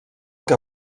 que